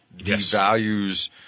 devalues